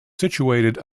situated